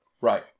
Right